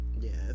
Yes